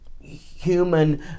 human